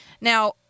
Now